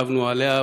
עקבנו אחריה,